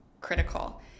critical